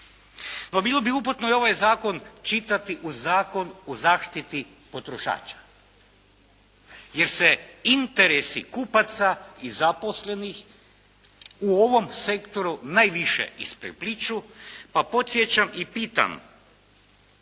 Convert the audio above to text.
bilo bi uputno i ovaj Zakon čitati uz Zakon o zaštiti potrošača, jer se interesi kupaca i zaposlenih u ovom sektoru najviše isprepliću, pa podsjećam i pitam,